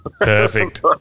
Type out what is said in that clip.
Perfect